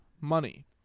money